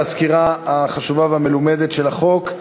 על הסקירה החשובה והמלומדת של החוק.